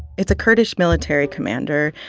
it's a kurdish military commander.